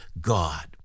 God